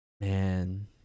man